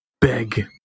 big